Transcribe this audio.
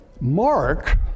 Mark